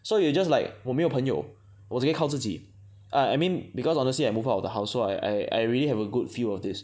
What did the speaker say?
so you just like 我们有朋友我只可以靠自己 I mean because honestly I move out of the house so I I really have a good view of this